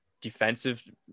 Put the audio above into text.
defensive